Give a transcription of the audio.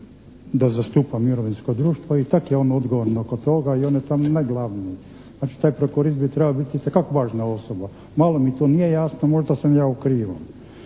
da zastupa mirovinsko društvo, ipak je on odgovoran oko toga i on je tamo najglavniji. Znači taj prokurist bi trebao biti itekako važna osoba. Malo mi to nije jasno, možda sam ja u krivu.